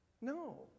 No